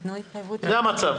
לא רוצה, לא רוצה.